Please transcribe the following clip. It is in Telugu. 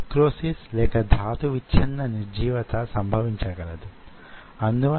మైక్రో ఫ్యాబ్రికేషన్ తో మన చర్చను ఆరంభిద్దాం